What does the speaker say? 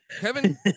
Kevin